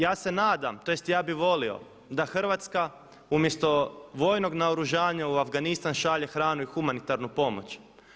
Ja se nadam, tj. ja bih volio da Hrvatska umjesto vojnog naoružanja u Afganistan šalje hranu i humanitarnu pomoć.